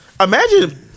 imagine